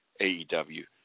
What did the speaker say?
AEW